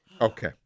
Okay